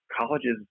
Colleges